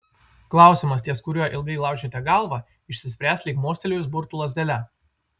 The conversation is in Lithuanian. klausimas ties kuriuo ilgai laužėte galvą išsispręs lyg mostelėjus burtų lazdele